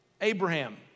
Abraham